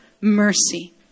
mercy